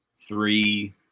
three